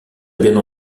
bien